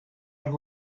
who